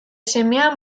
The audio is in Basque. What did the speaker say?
semea